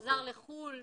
חזר לחו"ל,